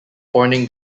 corning